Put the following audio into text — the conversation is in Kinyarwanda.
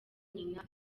nyina